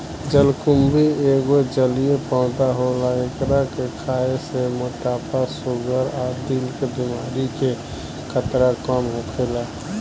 जलकुम्भी एगो जलीय पौधा होला एकरा के खाए से मोटापा, शुगर आ दिल के बेमारी के खतरा कम होखेला